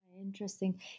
Interesting